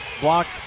blocked